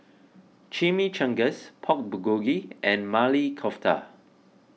Chimichangas Pork Bulgogi and Maili Kofta